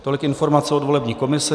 Tolik informace od volební komise.